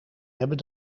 hebben